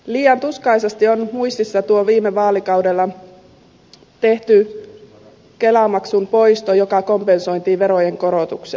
liian tuskaisasti on muistissa tuo viime vaalikaudella tehty kelamaksun poisto joka kompensoitiin verojen korotuksella